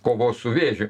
kovos su vėžiu